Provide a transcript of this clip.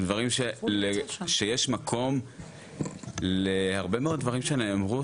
הם דברים שיש מקום להרבה מאוד דברים שנאמרו,